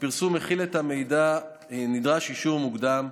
הפרסום מכיל את המידע נדרש אישור מוקדם,